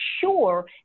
sure